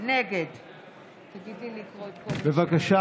נגד בבקשה,